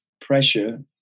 pressure